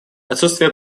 отсутствие